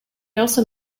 also